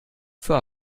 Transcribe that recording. für